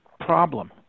problem